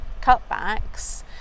cutbacks